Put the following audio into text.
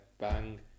bang